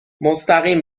مستقیم